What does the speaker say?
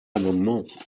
amendement